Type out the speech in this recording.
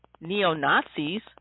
neo-nazis